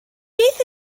beth